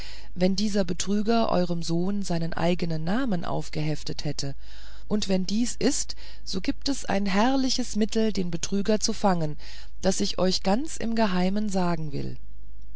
wenn dieser betrüger eurem sohn seinen eigenen namen aufgeheftet hätte und wenn dies ist so gibt es ein herrliches mittel den betrüger zu fangen das ich euch ganz im geheim sagen will